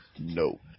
no